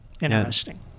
interesting